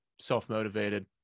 self-motivated